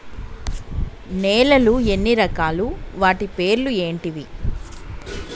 నేలలు ఎన్ని రకాలు? వాటి పేర్లు ఏంటివి?